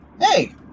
Hey